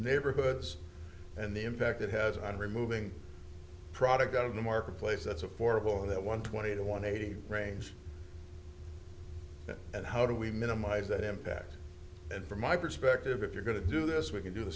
neighborhoods and the impact it has on removing product out of the marketplace that's affordable in that one twenty one eighty range and how do we minimize that impact and from my perspective if you're going to do this we can do the